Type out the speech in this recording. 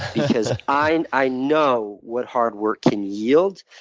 because i and i know what hard work can yield,